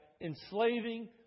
enslaving